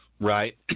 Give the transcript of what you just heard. Right